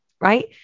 right